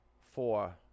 Four